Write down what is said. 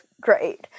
great